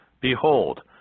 Behold